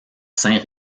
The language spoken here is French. saint